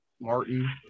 Martin